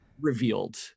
revealed